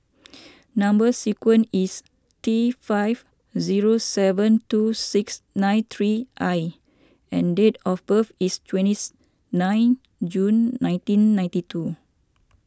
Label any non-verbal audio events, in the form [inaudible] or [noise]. [noise] Number Sequence is T five zero seven two six nine three I and date of birth is twentieth nine June nineteen ninety two